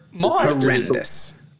horrendous